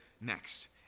next